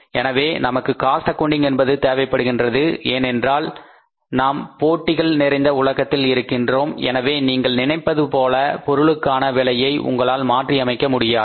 எனவே நமக்கு cost accounting என்பது தேவைப்படுகின்றது ஏனென்றால் நாம் போட்டிகள் நிறைந்த உலகத்தில் இருக்கின்றோம் எனவே நீங்கள் நினைத்தது போல பொருளுக்கான விலையை உங்களால் மாற்றி அமைக்க முடியாது